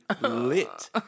lit